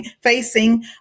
facing